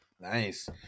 nice